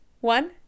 One